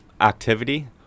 activity